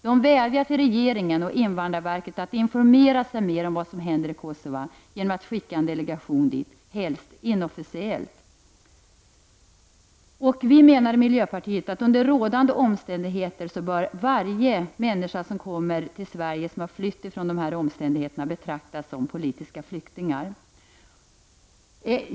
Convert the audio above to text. De vädjar till regeringen och invandrarverket att informera sig mer om vad som händer i Kosova genom att skicka en delegation dit, helst inofficiellt. Vi menar i miljöpartiet att varje människa som har flytt från dessa omständigheter och kommer till Sverige bör betraktas som politisk flykting.